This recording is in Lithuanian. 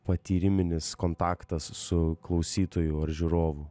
patyriminis kontaktas su klausytoju ar žiūrovu